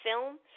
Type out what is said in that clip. film